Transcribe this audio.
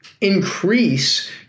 increase